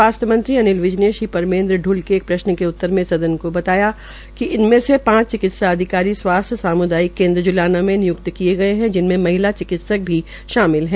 स्वास्थ्य मंत्री अनिल विज ने श्री परमेन्द्र प्रल के एक प्रश्न के उत्तर देते हुए सदन को यह जानकारी दी और बताया कि इनमें से पांच चिकित्सा अधिकारी स्वास्थ्य सामुदायिक केंद्र जुलाना में निय्क्त किये गए हैं जिनमें महिला चिकित्सक भी शामिल है